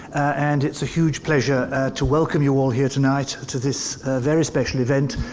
and it's a huge pleasure to welcome you all here tonight to this very special event,